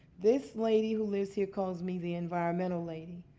this lady who lives here calls me the environmental lady.